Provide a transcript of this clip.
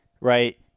right